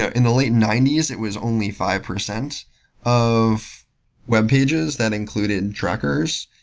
ah in the late ninety s, it was only five percent of webpages that included trackers.